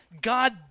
God